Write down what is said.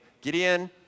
Gideon